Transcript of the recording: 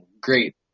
great